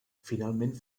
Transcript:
finalment